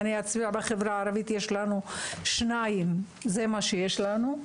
בחברה הערבית יש לנו שניים, זה מה שיש לנו.